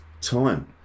time